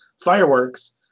fireworks